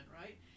right